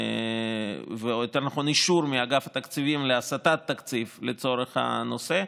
יותר נכון: אישור מאגף התקציבים להסטת תקציב לצורך הנושא,